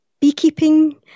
beekeeping